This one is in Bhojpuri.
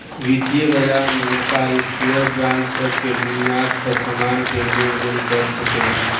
वितीय बाजार में व्यापारी शेयर बांड सब के बुनियाद पर सामान के लेन देन कर सकेला